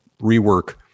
rework